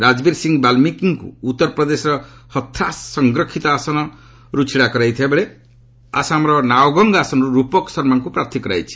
ରାଜବୀର ସିଂ ବାଲ୍ମିକିଙ୍କୁ ଉତ୍ତରପ୍ରଦେଶର ହଥ୍ରାସ୍ ସଂରକ୍ଷିତ ଲୋକସଭା ଆସନରୁ ଛିଡ଼ା କରାଯାଇଥିବା ବେଳେ ଆସାମର ନାଓଗଙ୍ଗ ଆସନରୁ ରୂପକ ଶର୍ମାଙ୍କୁ ପ୍ରାର୍ଥୀ କରାଯାଇଛି